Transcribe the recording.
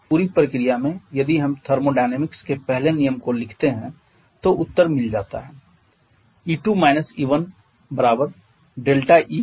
इस पूरी प्रक्रिया में यदि हम थर्मोडायनामिक्स के पहले नियम को लिखते हैं तो उत्तर मिल जाता है